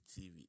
tv